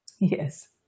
Yes